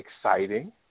exciting